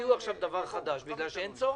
תמצאו את האיזון בין שתי הגישות האלה.